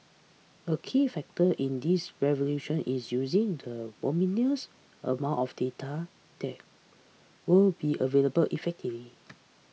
a key factor in this evolution is using the voluminous amount of data that will be available effectively